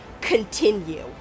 continue